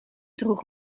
droeg